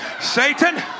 Satan